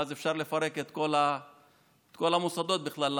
ואז אפשר לפרק את כל המוסדות בכלל.